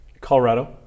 Colorado